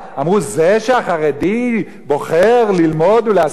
אמרו: זה שהחרדי בוחר ללמוד ולהשכיל